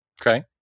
Okay